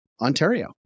Ontario